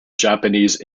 japanese